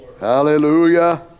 Hallelujah